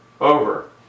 over